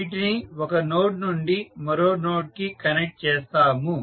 వీటిని ఒక నోడ్ నుండి మరో నోడ్ కి కనెక్ట్ చేస్తాము